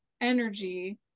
energy